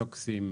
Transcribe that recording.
סוקסים,